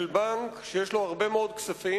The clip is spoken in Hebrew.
של בנק שיש לו הרבה מאוד כספים,